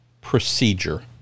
procedure